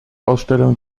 ausstellungen